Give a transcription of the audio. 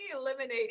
eliminate